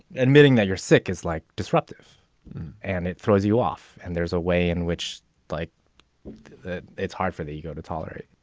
admitting that you're sick is like disruptive and it throws you off. and there's a way in which like that, it's hard for the ego to tolerate,